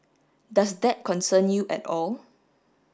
does that concern you at all